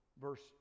verse